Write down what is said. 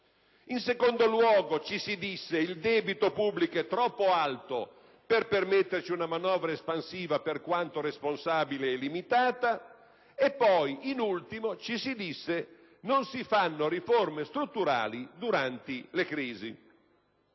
In secondo luogo, ci si disse che il debito pubblico è troppo alto per permettersi una manovra espansiva, per quanto responsabile e limitata, e da ultimo ci si disse che non era possibile prevedere riforme strutturali durante la crisi.